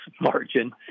margin